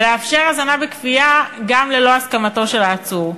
ולאפשר הזנה בכפייה גם ללא הסכמתו של העצור.